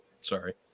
Sorry